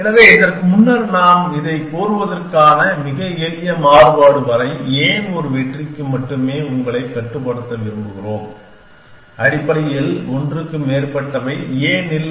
எனவே இதற்கு முன்னர் நாம் இதைக் கோருவதற்கான மிக எளிய மாறுபாடு வரை ஏன் ஒரு வெற்றிக்கு மட்டுமே உங்களை கட்டுப்படுத்த விரும்புகிறோம் அடிப்படையில் ஒன்றுக்கு மேற்பட்டவை ஏன் இல்லை